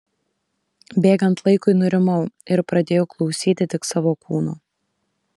bėgant laikui nurimau ir pradėjau klausyti tik savo kūno